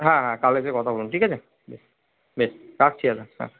হ্যাঁ হ্যাঁ কাল এসে কথা বলুন ঠিক আছে বেশ বেশ রাখছি দাদা হ্যাঁ